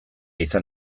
izan